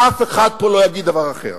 אף אחד פה לא יגיד דבר אחר.